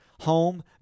home